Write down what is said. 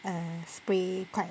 err spray quite